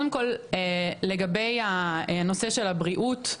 לגבי הנושא של הבריאות,